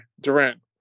Durant